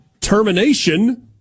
termination